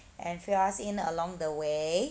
and fill us in along the way